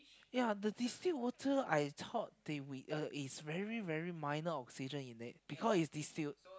ya the distilled water I thought they will uh is very very minor oxygen in there because it's distilled